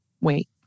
wait